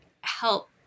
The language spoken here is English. help